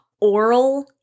oral